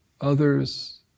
others